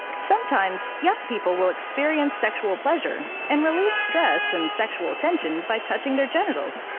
sometimes young people will experience sexual pleasure and relieve stress and sexual attention by touching their genitals.